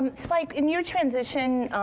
um spike, in your transition